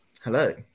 Hello